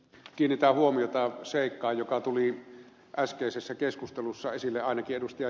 kiinnitän huomiota seikkaan joka tuli äskeisessä keskustelussa esille ainakin ed